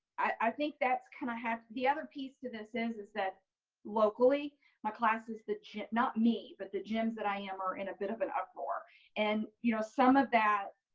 i think that's kind of have the other piece to this is is that locally my class is that not me but the gyms that i am are in a bit of an uproar and you know some of that